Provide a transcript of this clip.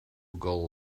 gold